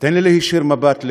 תן לי להישיר מבט,